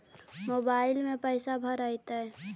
Mobile में पैसा भरैतैय?